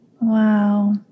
Wow